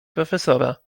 profesora